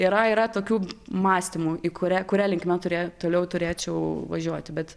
yra yra tokių mąstymų į kurią kuria linkme turė toliau turėčiau važiuoti bet